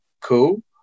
cool